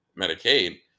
Medicaid